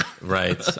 Right